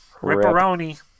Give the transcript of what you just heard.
Ripperoni